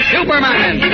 Superman